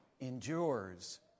endures